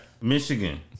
Michigan